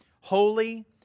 holy